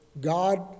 God